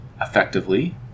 Effectively